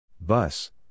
bus